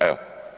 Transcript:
Evo.